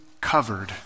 covered